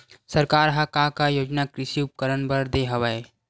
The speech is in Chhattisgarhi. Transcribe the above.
सरकार ह का का योजना कृषि उपकरण बर दे हवय?